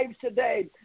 today